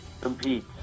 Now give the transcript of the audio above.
compete